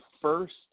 first